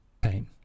Pain